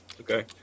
Okay